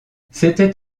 c’était